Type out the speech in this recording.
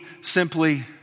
simply